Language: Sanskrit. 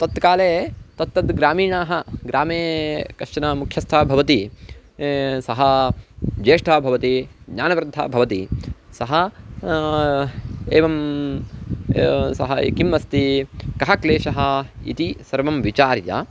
तत्काले तत्तद् ग्रामीणाः ग्रामे कश्चनः मुख्यस्थः भवति सः ज्येष्ठः भवति ज्ञानवृद्धः भवति सः एवं सः किम् अस्ति कः क्लेशः इति सर्वं विचार्य